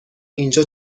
اینجا